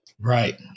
Right